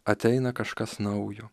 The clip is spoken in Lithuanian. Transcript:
ateina kažkas naujo